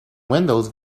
windows